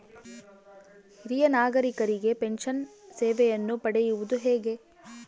ಹಿರಿಯ ನಾಗರಿಕರಿಗೆ ಪೆನ್ಷನ್ ಸೇವೆಯನ್ನು ಪಡೆಯುವುದು ಹೇಗೆ?